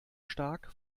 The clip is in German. stark